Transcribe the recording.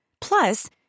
Plus